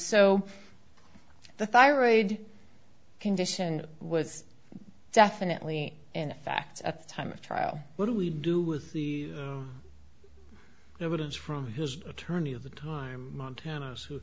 so the thyroid condition was definitely in fact at the time of trial what do we do with the evidence from his attorney of the time montana who